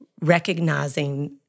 recognizing